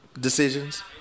decisions